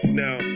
now